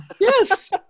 Yes